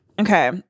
Okay